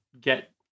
get